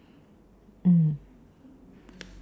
mm